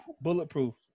Bulletproof